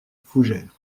fougères